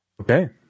okay